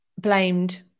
blamed